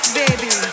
baby